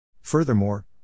Furthermore